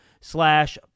slash